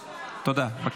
תודה.